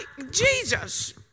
Jesus